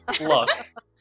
look